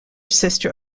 sister